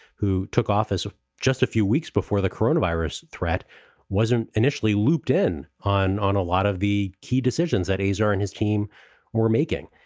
who took office ah just a few weeks before the corona virus threat wasn't initially looped in on on a lot of the key decisions that he has earned his team were making.